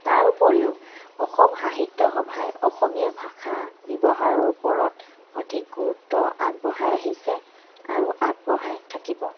তাৰ উপৰিও অসম সাহিত্য সভাই অসমীয়া ভাষা ব্যৱহাৰৰ ওপৰত অধিক গুৰুত্ব আগবঢ়াই আহিছে আৰু আগবঢ়াই থাকিব